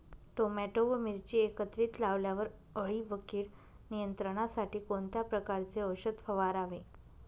Tomato व मिरची एकत्रित लावल्यावर अळी व कीड नियंत्रणासाठी कोणत्या प्रकारचे औषध फवारावे?